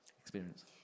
experience